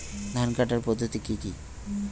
ধান কাটার পদ্ধতি কি কি?